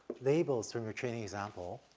labels from your training example,